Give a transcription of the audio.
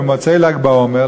במוצאי ל"ג בעומר,